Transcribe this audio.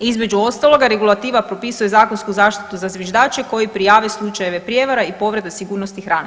Između ostaloga, regulativa propisuje zakonsku zaštitu za zviždače koji prijave slučajeve prijevara i povrede sigurnosti hrane.